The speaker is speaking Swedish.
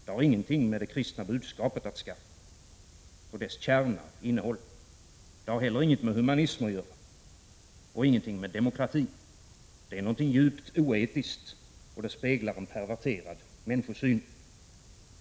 Det har ingenting med det kristna budskapet, dess kärna och innehåll, att skaffa. Inte heller har det någonting med humanism att göra och ingenting med demokrati: det är någonting djupt oetiskt, och det speglar en perverterad människosyn.